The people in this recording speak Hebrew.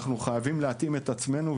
אנחנו חייבים להתאים את עצמנו,